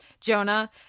jonah